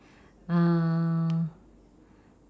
uh